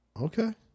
Okay